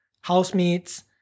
housemates